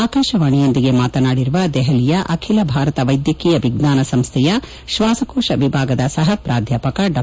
ಆಕಾಶವಾಣಿಯೊಂದಿಗೆ ಮಾತನಾದಿರುವ ದೆಹಲಿಯ ಅಖಿಲ ಭಾರತ ವೈದ್ಯಕೀಯ ವಿಜ್ಞಾನ ಸಂಸ್ಥೆಯ ಶ್ವಾಸಕೋಶ ವಿಭಾಗದ ಸಹ ಪ್ರಾಧ್ಯಾಪಕ ಡಾ